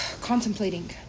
contemplating